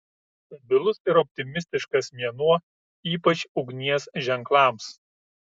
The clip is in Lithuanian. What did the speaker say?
stabilus ir optimistiškas mėnuo ypač ugnies ženklams